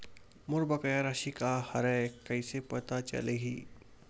मोर बकाया राशि का हरय कइसे पता चलहि?